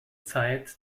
zeit